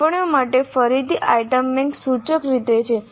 સોંપણીઓ માટે ફરીથી આઇટમ બેંક સૂચક રીતે છે